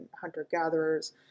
hunter-gatherers